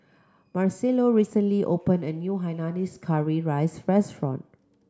Marcello recently open a new hainanese curry rice restaurant